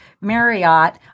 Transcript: Marriott